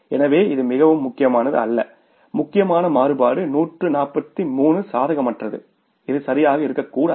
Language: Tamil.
எனவே இது மிகவும் முக்கியமானது அல்ல முக்கியமான மாறுபாடு 143 சாதகமற்றது இது சரியாக இருக்கக்கூடாது